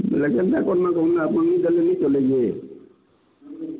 ବେଲେ କେନ୍ତା କର୍ମା କହୁନ୍ ଆପଣ ନି ହେଲେ ନି ଚଲେ ଯେ